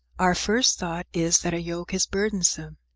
our first thought is that a yoke is burdensome.